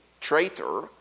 traitor